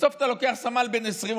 בסוף אתה לוקח סמל בן 20,